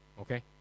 Okay